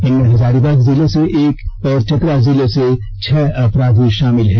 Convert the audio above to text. इनमें हजारीबाग जिले से एक और चतरा जिले से छह अपराधी शामिल हैं